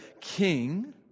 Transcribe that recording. king